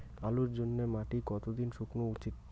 আলুর জন্যে মাটি কতো দিন শুকনো উচিৎ?